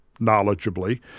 knowledgeably